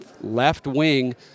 left-wing